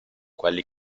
quelli